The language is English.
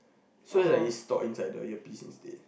so it's like it's stored inside the earpiece instead